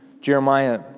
Jeremiah